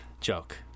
joke